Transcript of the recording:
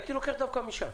הייתי לוקח דווקא משם.